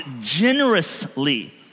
generously